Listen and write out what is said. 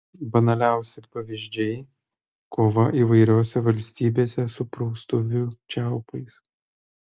banaliausi pavyzdžiai kova įvairiose valstybėse su praustuvių čiaupais